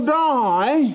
die